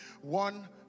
One